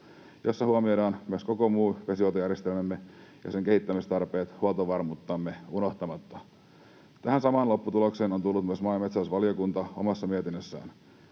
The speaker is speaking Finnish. jossa huomioidaan myös koko muu vesihuoltojärjestelmämme ja sen kehittämistarpeet, huoltovarmuuttamme unohtamatta. Tähän samaan lopputulokseen on tullut myös maa- ja metsätalousvaliokunta omassa mietinnössään.